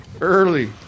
Early